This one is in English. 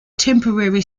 temporary